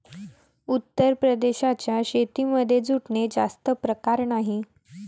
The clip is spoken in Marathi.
उत्तर प्रदेशाच्या शेतीमध्ये जूटचे जास्त प्रकार नाही